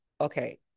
Okay